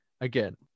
again